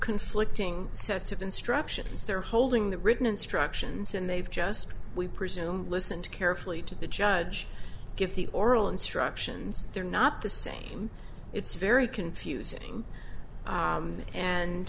conflicting sets of instructions they're holding the written instructions and they've just we presume listened carefully to the judge give the oral instructions they're not the same it's very confusing